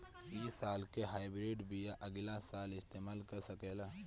इ साल के हाइब्रिड बीया अगिला साल इस्तेमाल कर सकेला?